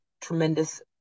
tremendous